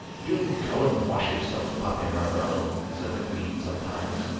do go and wash yourself, paperarello said the queen sometimes,